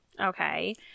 okay